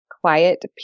quiet